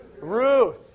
Ruth